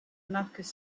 marques